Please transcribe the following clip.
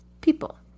people